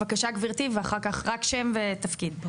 בבקשה גברתי, רק שם ותפקיד.